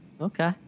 okay